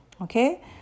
Okay